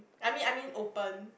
I mean I mean open